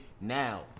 now